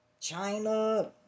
China